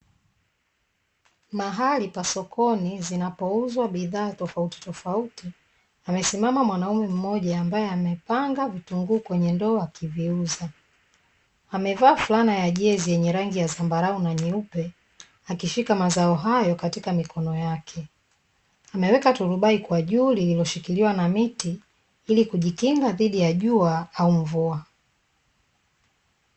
Mahali pa sokoni, zinapouzwa bidhaa tofautitofauti, amesimama mwanaume mmoja ambaye amepanga vitunguu kwenye ndoo akiviuza, amevaa fulana ya jezi yenye rangi ya zambarau na nyeupe, akishika mazao hayo katika mikono yake, ameweka turubai kwa juu lililoshikiliwa na miti ili kujikinga dhidi ya jua au mvua.